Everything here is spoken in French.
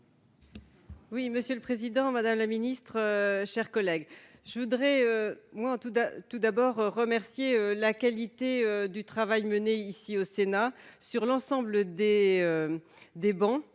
Oui, monsieur le président, madame la ministre, chers collègues, je voudrais, moi en tout tout d'abord remercier la qualité du travail mené ici au Sénat sur l'ensemble des des